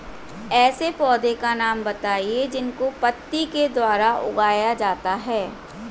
ऐसे पौधे का नाम बताइए जिसको पत्ती के द्वारा उगाया जाता है